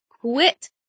quit